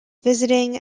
visiting